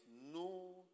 no